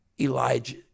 Elijah